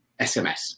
SMS